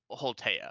Holtea